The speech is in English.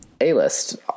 A-list